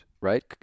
right